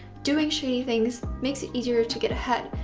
doing shady things makes it easier to get ahead.